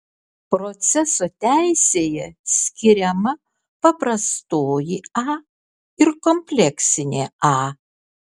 proceso teisėje skiriama paprastoji a ir kompleksinė a